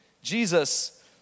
Jesus